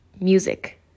music